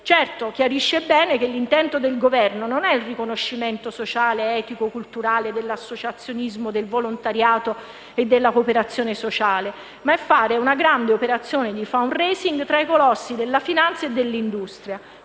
ma chiarisce bene che l'intento del Governo non è il riconoscimento sociale, etico e culturale dell'associazionismo, del volontariato e della cooperazione sociale, ma è fare una grande operazione di *fund raising* tra i colossi della finanza, dell'industria.